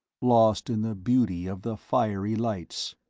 lost in the beauty of the fiery lights.